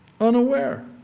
unaware